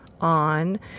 on